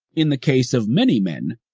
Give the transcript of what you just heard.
in the case of many men,